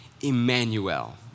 Emmanuel